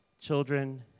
children